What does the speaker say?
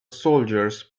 soldiers